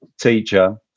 teacher